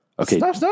Okay